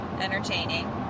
Entertaining